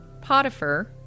Potiphar